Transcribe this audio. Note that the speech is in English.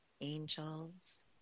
angels